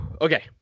Okay